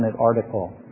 article